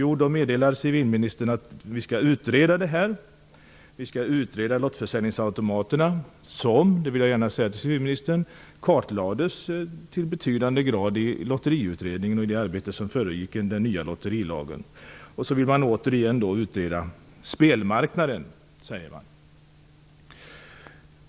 Jo, då meddelar civilministern att man skall utreda detta, utreda frågan om lottförsäljningsautomaterna som ju, det vill jag säga till civilministern, kartlades i betydande grad i Lotteriutredningen och i det arbete som föregick den nya lotterilagen. Man vill återigen utreda spelmarknaden, säger man.